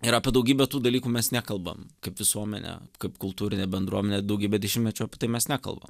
ir apie daugybę tų dalykų mes nekalbam kaip visuomenė kaip kultūrinė bendruomenė daugybę dešimtmečių apie tai mes nekalbam